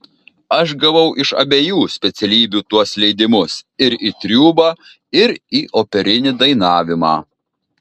aš gavau iš abiejų specialybių tuos leidimus ir į triūbą ir į operinį dainavimą